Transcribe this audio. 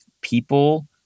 People